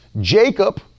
Jacob